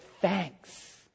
thanks